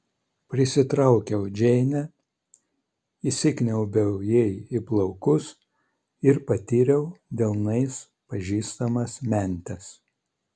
prisitraukiau džeinę įsikniaubiau jai į plaukus ir patryniau delnais pažįstamas mentes